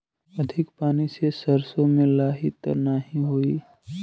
अधिक पानी से सरसो मे लाही त नाही होई?